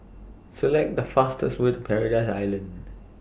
Select The fastest Way to Paradise Island